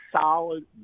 solid